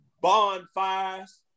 bonfires